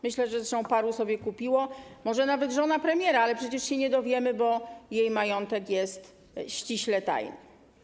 Myślę zresztą, że paru sobie kupiło, może nawet żona premiera, ale przecież się nie dowiemy, bo jej majątek jest ściśle tajny.